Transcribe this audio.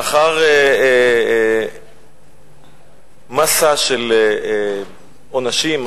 לאחר מאסה של עונשים,